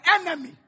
enemy